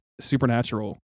supernatural